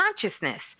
consciousness